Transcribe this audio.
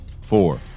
Four